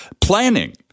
planning